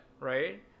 Right